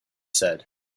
said